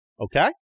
Okay